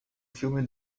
filme